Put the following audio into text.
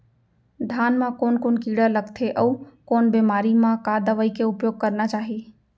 धान म कोन कोन कीड़ा लगथे अऊ कोन बेमारी म का दवई के उपयोग करना चाही?